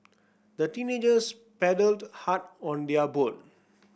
the teenagers paddled hard on their boat